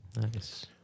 Nice